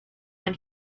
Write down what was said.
when